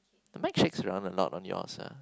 mine checks around a lot of yours ah